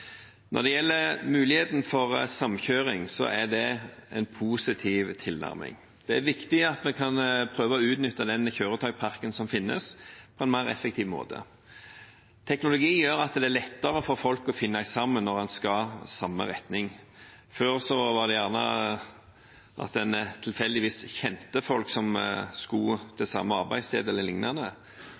Når det gjelder muligheten for samkjøring, er det en positiv tilnærming. Det er viktig at vi kan prøve å utnytte den kjøretøyparken som finnes, på en mer effektiv måte. Teknologi gjør at det blir lettere for folk å finne sammen når en skal i samme retning. Før skjedde det gjerne ved at en tilfeldigvis kjente folk som skulle til samme arbeidssted